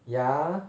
yeah